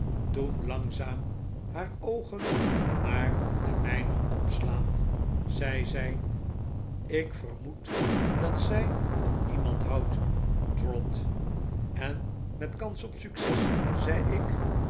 toen langzaam haar oogen naar de mijne opslaand zei zij agnes en ik en de oude tijd ik vermoed dat zij van iemand houdt trot en met kans op succes zei ik